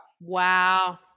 wow